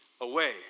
away